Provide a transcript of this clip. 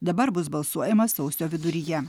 dabar bus balsuojama sausio viduryje